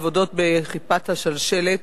העבודות בכיפת השלשלת